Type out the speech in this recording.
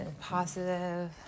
positive